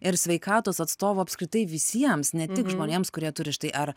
ir sveikatos atstovų apskritai visiems ne tik žmonėms kurie turi štai ar